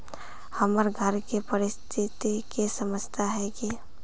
हमर घर के परिस्थिति के समझता है की?